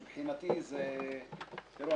תראו,